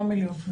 מהקרן.